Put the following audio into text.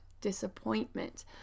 disappointment